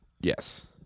Yes